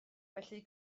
felly